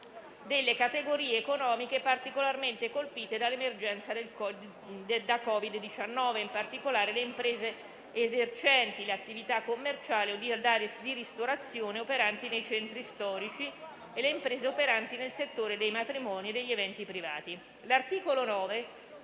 delle categorie economiche particolarmente colpite dall'emergenza da Covid-19, in particolare le imprese esercenti le attività commerciali e di ristorazione operanti nei centri storici e le imprese operanti nel settore dei matrimoni e degli eventi privati.